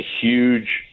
huge